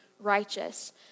righteous